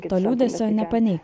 to liūdesio nepaneigs